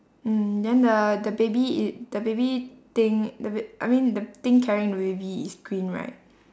mm then the the baby it the baby thing the bab~ I mean the thing carrying the baby is green right